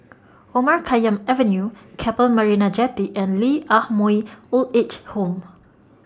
Omar Khayyam Avenue Keppel Marina Jetty and Lee Ah Mooi Old Age Home